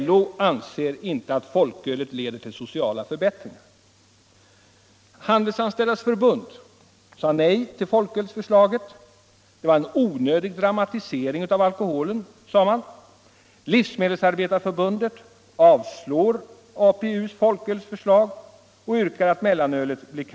LO anser inte att folkölet leder till sociala förbättringar.” Handelsanställdas förbund sade nej till folkölsförslaget — det var en onödig dramatisering av alkoholen, sade man.